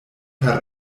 per